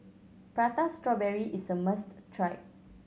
Prata Strawberry is a must try